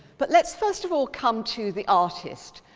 but let's first of all come to the artist,